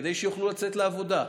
כדי שיוכלו לצאת לעבודה,